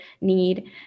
need